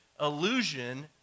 illusion